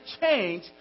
change